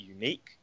unique